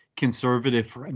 conservative